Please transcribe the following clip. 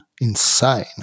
insane